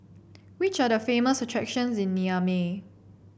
which are the famous attractions in Niamey